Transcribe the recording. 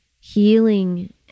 healing